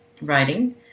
writing